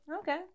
okay